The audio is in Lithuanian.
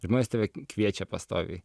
žmonės tave kviečia pastoviai